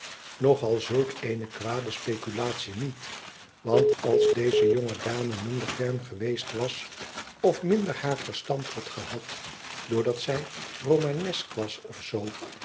nog al zulk eene kwade speculatie niet want als deze jonge dame minder ferm geweest was of minder haar verstand had gehad doordat zij romanesk was ofzoo